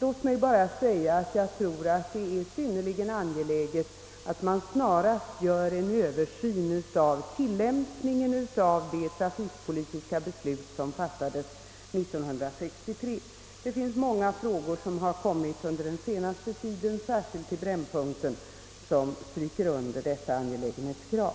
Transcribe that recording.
Låt mig bara säga, att jag tror det är synnerligen angeläget att man snarast gör en Översyn av tilllämpningen av det trafikpolitiska beslut som fattades år 1963. Många frågor som särskilt har kommit i brännpunkten under den senaste tiden understryker detta angelägenhetskrav.